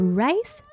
rice